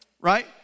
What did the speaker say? Right